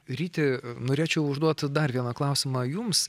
ryti norėčiau užduot dar vieną klausimą jums